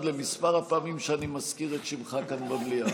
למספר הפעמים שאני מזכיר את שמך כאן במליאה.